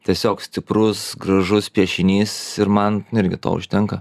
tiesiog stiprus gražus piešinys ir man netgi to užtenka